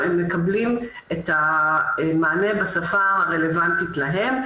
הם מקבלים את המענה בשפה הרלוונטית להם.